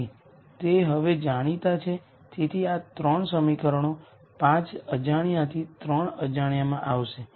તેથી તે હવે જાણીતા છે તેથી આ 3 સમીકરણો 5 અજાણ્યાથી 3 અજાણ્યામાં જશે